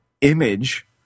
image